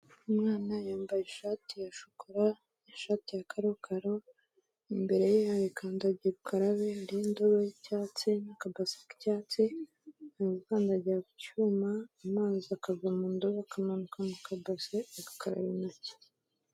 Umwana yambaye ishati ya shokora n'ishati ya karokaro, imbere ye hari kandagira ukarabe, hariho indobo y'icyatsi n'akabase k'icyatsi, ni ugukandagira ku cyuma amazi akava mu ndobo akamanuka mu kabase ugakaraba intoki.